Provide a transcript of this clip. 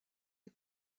est